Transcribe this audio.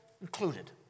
included